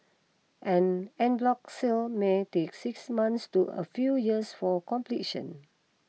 an en bloc sale may take six months to a few years for completion